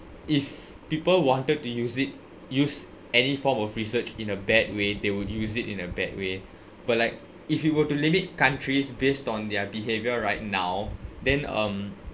if people wanted to use it use any form of research in a bad way they would use it in a bad way but like if you were to limit countries based on their behaviour right now then um